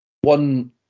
One